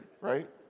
right